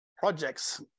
projects